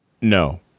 No